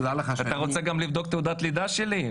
אתה רוצה גם לבדוק תעודת לידה שלי?